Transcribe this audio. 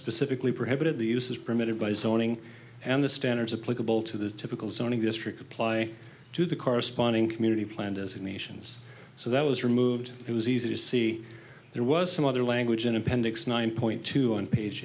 specifically prohibited the use is permitted by zoning and the standards of political to the typical zoning district apply to the corresponding community planned as in nations so that was removed it was easy to see there was some other language in appendix nine point two on page